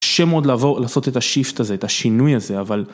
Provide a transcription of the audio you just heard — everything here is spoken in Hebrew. קשה מאוד לעשות את השיפט הזה, את השינוי הזה, אבל...